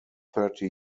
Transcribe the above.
thirty